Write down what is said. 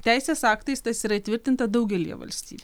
teisės aktais tas yra įtvirtinta daugelyje valstybių